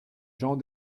gens